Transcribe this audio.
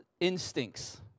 Instincts